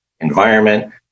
environment